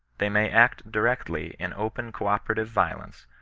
they may act directly in open co-operative violence,